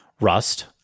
Rust-